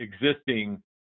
existing